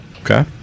Okay